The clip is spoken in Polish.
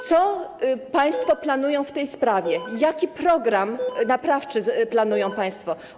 Co państwo planują w tej sprawie, jaki program naprawczy planują państwo?